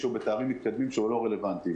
שהוא בתארים מתקדמים שהוא לא רלוונטי,